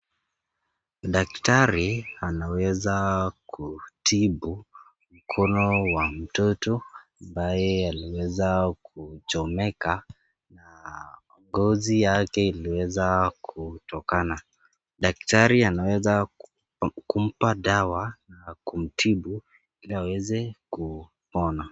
Daktari anaweza kutibu mkono wa mtoto, ambaye aliweza kuchomeka na ngozi yake iliweza kutokana, daktari anaweza kumpa dawa na kumtibu ili aweze kupona.